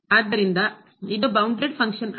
ಆದ್ದರಿಂದ ಇದು bounded function ಅಲ್ಲ